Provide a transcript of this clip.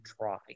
try